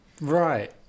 right